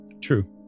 True